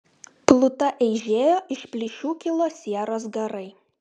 pluta eižėjo iš plyšių kilo sieros garai